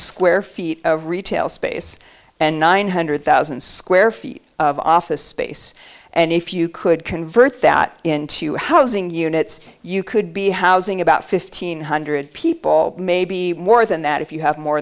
square feet of retail space and nine hundred thousand square feet of office space and if you could convert that into housing units you could be housing about fifteen hundred people maybe more than that if you have more